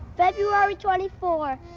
february twenty four,